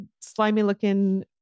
slimy-looking